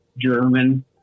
German